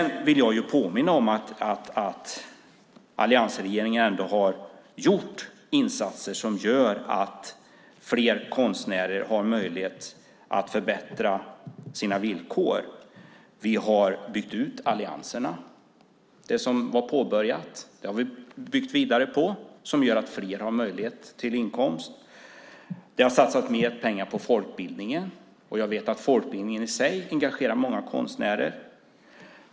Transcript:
Jag vill sedan påminna om att alliansregeringen har gjort insatser som gör att fler konstnärer har möjligheter att förbättra sina villkor. Vi har byggt ut allianserna. Det som var påbörjat har vi byggt vidare på. Det gör att fler har möjlighet till inkomst. Vi har satsat mer pengar på folkbildningen, och jag vet att folkbildningen i sig engagerar många konstnärer.